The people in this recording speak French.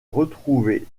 retrouvé